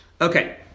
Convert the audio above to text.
Okay